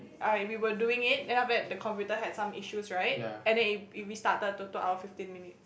uh we were doing it then after that the computer had some issues right and then it it restarted to two hour fifteen minutes